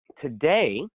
today